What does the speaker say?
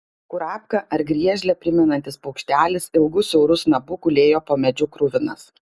kurapką ar griežlę primenantis paukštelis ilgu siauru snapu gulėjo po medžiu kruvinas